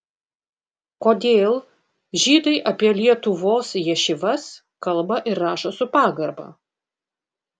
kodėl žydai apie lietuvos ješivas kalba ir rašo su pagarba